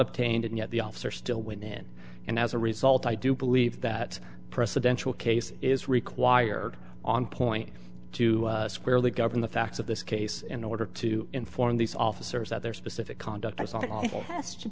obtained and yet the officer still win and as a result i do believe that presidential case is required on point to squarely govern the facts of this case in order to inform these officers that their specific conduct i saw